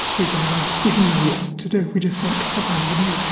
we gave up, we didn't know what to do. we just sent people home to bed.